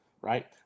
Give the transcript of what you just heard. right